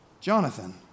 Jonathan